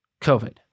COVID